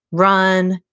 run,